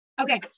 Okay